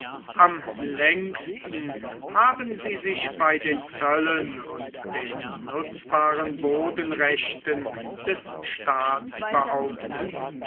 am längsten haben sie sich bei den zöllen und den nutzbaren bodenrechten des staats behauptet